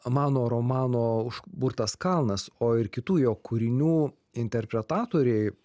mano romano užburtas kalnas o ir kitų jo kūrinių interpretatoriai